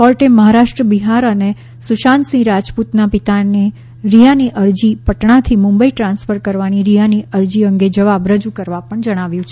કોર્ટે મહારાષ્ટ્ર બિહાર અને સુશાંત સિંહ રાજપૂતના પિતાને રિયાની અરજી પટણાથી મુંબઇ ટ્રાન્સફર કરવાની રિયાની અરજી અંગે જવાબ રજૂ કરવા જણાવ્યુ છે